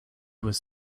was